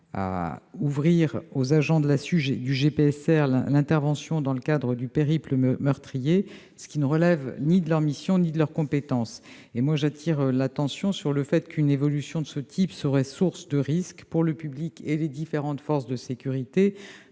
de la SUGE et du GPSR d'intervenir dans le cadre du « périple meurtrier », ce qui ne relève ni de leurs missions ni de leurs compétences. J'attire votre attention sur le fait qu'une évolution de ce type serait source de risques pour le public et les différentes forces de sécurité,